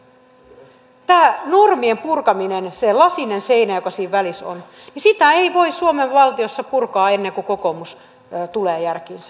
tätä normien purkamista ei voi tehdä sitä lasista seinää joka siinä välissä on ei voi suomen valtiossa purkaa ennen kuin kokoomus tulee järkiinsä